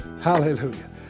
Hallelujah